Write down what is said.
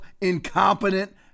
incompetent